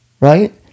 right